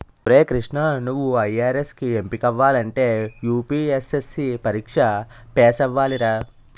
ఒరే కృష్ణా నువ్వు ఐ.ఆర్.ఎస్ కి ఎంపికవ్వాలంటే యూ.పి.ఎస్.సి పరీక్ష పేసవ్వాలిరా